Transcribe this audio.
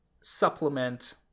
supplement